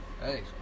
Hey